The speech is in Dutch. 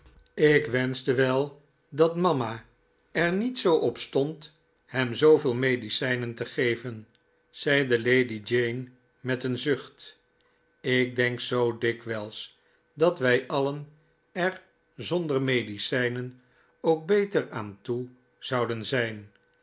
ik wenschte wel dat mama er niet zoo op stond hem zooveel medicijnen te geven zeide lady jane met een zucht ik denk zoo dikwijls dat wij alien er zonder medicijnen ook beter aan toe zouden zijn